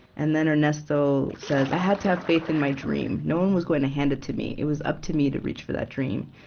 and then ernesto says, i had to have faith in my dream. no one was going to hand it to me. it was up to me to reach for that dream,